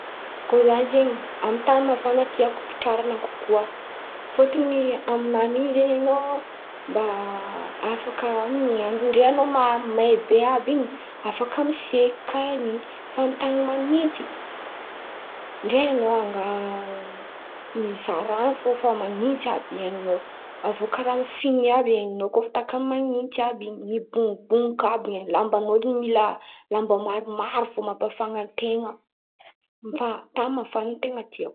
Koa za zen̈y amin-tan̈y mafana tiako petrarana kokoa. Fotony aminan̈y in̈y zen̈y an̈ao mba afaka miain̈y. Ndray an̈ao maiky be àby in̈y, afaka miseky an̈y. Fa amin-tan̈y manintsy ndray an̈ao mizaha rano fo fa manintsy àby renin̈ao. Aviô karà mifin̈y àby henin̈ao koa fa takan’ny manintsy àby in̈y. Mibombomoka àby, lamban̈ao zen̈y mila lamba maromaro fo. Fa tan̈y mafana zen̈y ny ten̈a tiako.